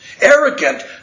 Arrogant